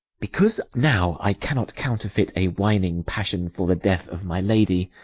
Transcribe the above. because now i cannot counterfeit a whining passion for the death of my lady,